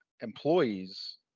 employees